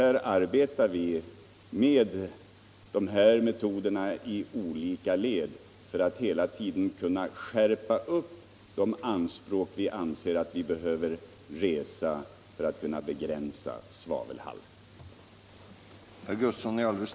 Vi arbetar med dessa metoder i olika led för att hela tiden kunna göra nödvändiga skärpningar i syfte att begränsa svavclutsläppen. 'n ens problem